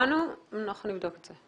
שמענו, אנחנו נבדוק את זה.